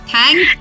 Thank